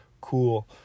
cool